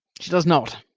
she does not!